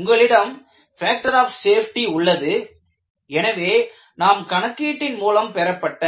உங்களிடம் factor of safety உள்ளது எனவே நாம் கணக்கீட்டின் மூலம் பெறப்பட்ட